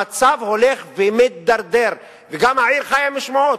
המצב הולך ומידרדר, וגם העיר חיה משמועות.